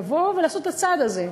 לבוא ולעשות את הצעד הזה,